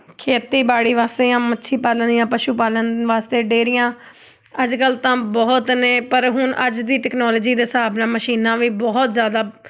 ਖੇਤੀਬਾੜੀ ਵਾਸਤੇ ਜਾਂ ਮੱਛੀ ਪਾਲਣ ਜਾਂ ਪਸ਼ੂ ਪਾਲਣ ਵਾਸਤੇ ਡੇਅਰੀਆਂ ਅੱਜ ਕੱਲ੍ਹ ਤਾਂ ਬਹੁਤ ਨੇ ਪਰ ਹੁਣ ਅੱਜ ਦੀ ਟੈਕਨੋਲੋਜੀ ਦੇ ਹਿਸਾਬ ਨਾਲ ਮਸ਼ੀਨਾਂ ਵੀ ਬਹੁਤ ਜ਼ਿਆਦਾ